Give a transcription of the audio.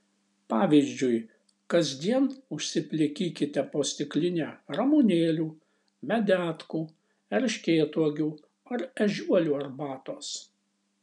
pavyzdžiui kasdien užsiplikykite po stiklinę ramunėlių medetkų erškėtuogių ar ežiuolių arbatos